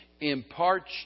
imparts